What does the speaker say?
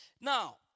Now